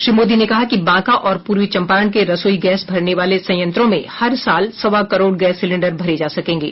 श्री मोदी ने कहा कि बांका और पूर्वी चंपारण के रसोई गैस भरने वाले संयंत्रों में हर साल सवा करोड़ गैस सिलेंण्डर भरे जा सकेंगे